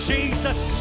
Jesus